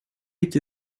эти